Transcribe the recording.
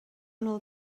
bhfuil